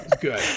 good